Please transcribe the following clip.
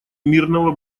мирного